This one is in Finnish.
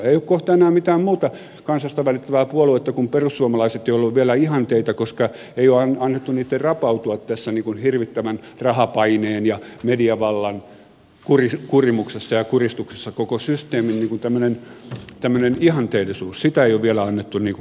ei ole kohta enää mitään muuta kansasta välittävää puoluetta kuin perussuomalaiset joilla on vielä ihanteita koska ei ole annettu niitten rapautua tässä hirvittävän rahapaineen ja mediavallan kurimuksessa ja kuristuksessa koko systeemin tämmöinen ihanteellisuus sen ei ole vielä annettu sielusta kadota